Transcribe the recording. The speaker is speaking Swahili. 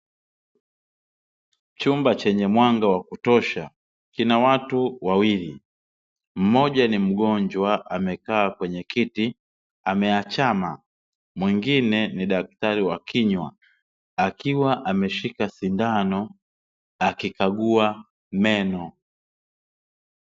Chumba chenye mwanga wa kutosha kina watu wawili, mmoja ni mgonjwa amekaa kwenye kiti, ameachama. Mwingine ni daktari wa kinywa akiwa ameshika sindano akikagua meno.